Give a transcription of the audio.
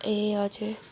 ए हजुर